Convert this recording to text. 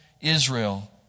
Israel